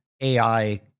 AI